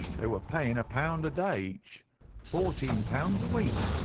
they were paying a pound a day each fourteen pounds a week,